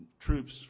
troops